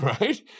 right